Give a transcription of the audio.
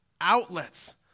outlets